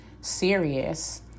serious